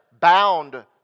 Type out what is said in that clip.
bound